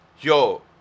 Yo